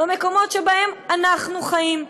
במקומות שבהם אנחנו חיים.